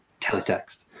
Teletext